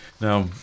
Now